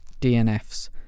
dnfs